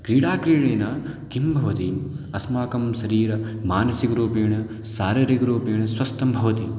क्रीडायाः क्रीडनेन किं भवति अस्माकं शरीरं मानसिकरूपेण शारीरिकरूपेण स्वास्थ्यं भवति